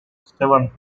seven